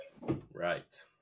Right